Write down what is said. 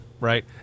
Right